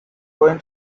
went